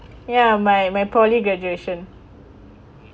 ya my my poly graduation